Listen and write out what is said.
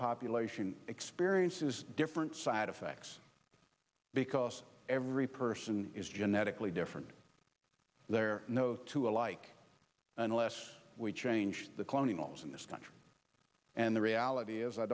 population experiences different side effects because every person is genetically different they're no two alike unless we change the colonials in this country and the reality is i